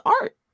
art